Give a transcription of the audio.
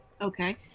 Okay